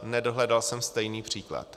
Nedohledal jsem stejný příklad.